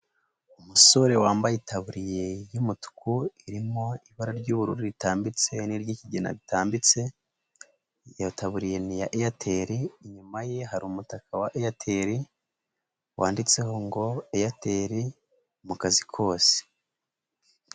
Umusore wambaye itaburiye y'umutuku irimo ibara ry'ubururu ritambitse n'iry'ikigina ritambitse, iyo taburiye ni iya Airtel, inyuma ye hari umutaka wa Airtel wanditseho ngo Airtel mu kazi kose.